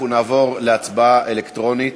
אנחנו נעבור להצבעה אלקטרונית.